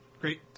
great